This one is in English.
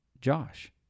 Josh